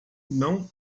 não